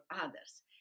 others